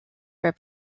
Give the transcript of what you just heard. for